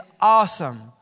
awesome